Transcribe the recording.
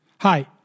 Hi